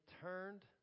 turned